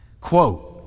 quote